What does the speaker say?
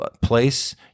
place